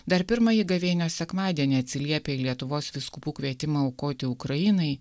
dar pirmąjį gavėnios sekmadienį atsiliepę į lietuvos vyskupų kvietimą aukoti ukrainai